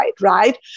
right